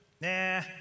nah